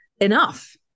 enough